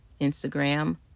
Instagram